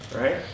right